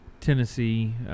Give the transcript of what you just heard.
Tennessee